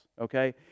okay